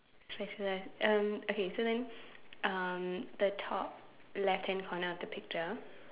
spatula um okay so then um the top left hand corner of the picture